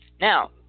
Now